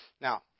Now